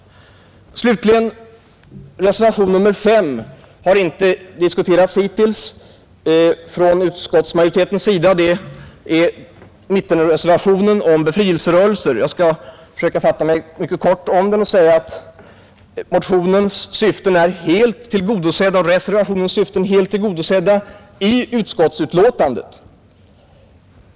Reservation nr 5 har hittills inte diskuterats från utskottsmajoritetens sida. Den gäller mittenreservationen om befrielserörelser. Jag skall försöka fatta mig mycket kort om den. Motionens syften är helt tillgodosedda i utskottets betänkande.